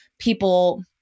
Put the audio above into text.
People